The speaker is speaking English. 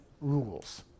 rules